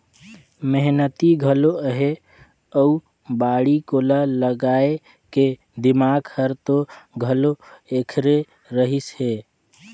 मेहनती घलो अहे अउ बाड़ी कोला लगाए के दिमाक हर तो घलो ऐखरे रहिस हे